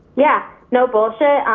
yeah, no bullshit,